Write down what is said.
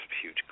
huge